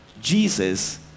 Jesus